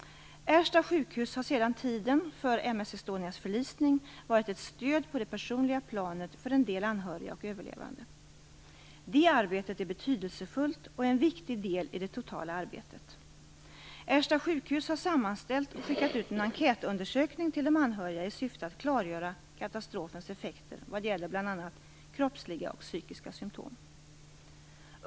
Ersta sjukhus har sedan tiden för m/s Estonias förlisning varit ett stöd på det personliga planet för en del anhöriga och överlevande. Det arbetet är betydelsefullt och är en viktig del i det totala arbetet. Ersta sjukhus har sammanställt och skickat ut en enkätundersökning till de anhöriga i syfte att klargöra katastrofens effekter vad gäller bl.a. kroppsliga och psykiska symtom.